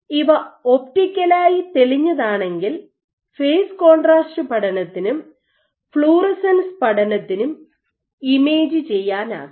ഇവ ഒപ്റ്റിക്കലായി തെളിഞ്ഞതാണെങ്കിൽ ഫേസ് കോൺട്രാസ്റ്റ് പഠനത്തിനും ഫ്ലൂറസെൻസ് പഠനത്തിനും ഇമേജ് ചെയ്യാനാകും